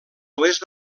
oest